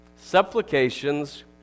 Supplications